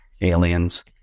aliens